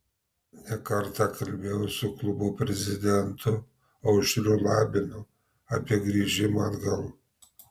ne kartą kalbėjau su klubo prezidentu aušriu labinu apie grįžimą atgal